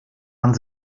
man